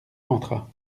entra